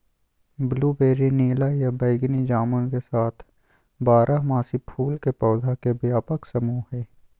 blueberry नीला या बैगनी जामुन के साथ बारहमासी फूल के पौधा के व्यापक समूह हई